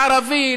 ערבי,